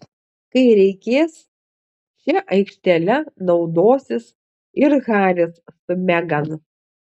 kai reikės šia aikštele naudosis ir haris su megan